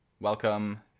welcome